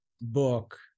book